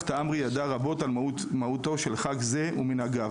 תעמרי ידע רבות על מהותו של חג זה ומנהגיו,